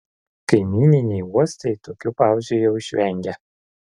kaimyniniai uostai tokių pauzių jau išvengia